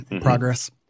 progress